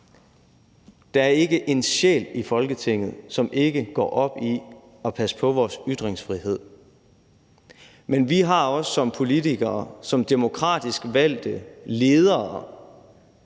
at der ikke er en sjæl i Folketinget, som ikke går op i at passe på vores ytringsfrihed, men vi har også som politikere, som demokratisk valgte ledere,